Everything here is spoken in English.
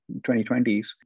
2020s